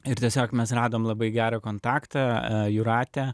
ir tiesiog mes radom labai gerą kontaktą jūratę